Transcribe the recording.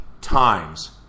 times